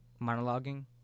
Monologuing